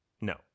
No